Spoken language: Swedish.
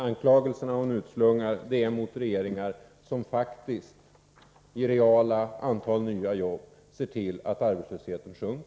Anklagelserna hon utslungar riktas mot regeringar som faktiskt ser till att arbetslösheten sjunker och reellt ökar antalet nya jobb.